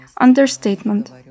understatement